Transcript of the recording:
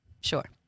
Sure